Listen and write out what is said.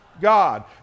God